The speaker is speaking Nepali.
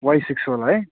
वाई सिक्स होला है